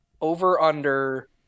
over-under